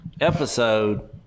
episode